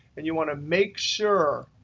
and you want to make sure